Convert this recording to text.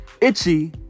Itchy